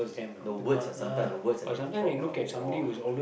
the words ah sometimes the words that they talk ah !wah!